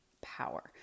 power